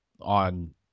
on